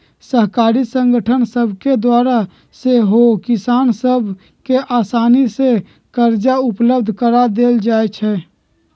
सहकारी संगठन सभके द्वारा सेहो किसान सभ के असानी से करजा उपलब्ध करा देल जाइ छइ